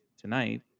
tonight